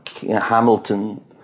Hamilton